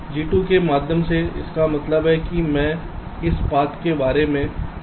G2 के माध्यम से इसका मतलब है कि मैं इस पाथ के बारे में बात करना चाह रहा हूं